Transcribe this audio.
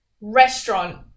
restaurant